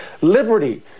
liberty